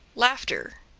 laughter,